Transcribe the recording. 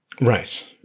Right